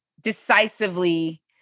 decisively